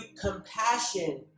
compassion